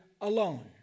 alone